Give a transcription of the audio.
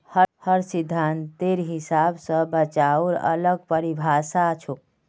हर विद्वानेर हिसाब स बचाउर अलग परिभाषा छोक